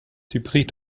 hybrid